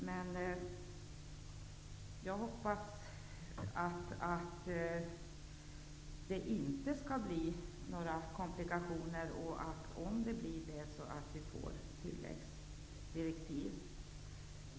Men jag hoppas att det inte skall bli några komplikationer. Om det blir det hoppas jag att vi får tilläggsdirektiv.